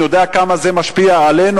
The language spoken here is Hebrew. אני יודע כמה זה משפיע עלינו,